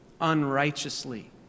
unrighteously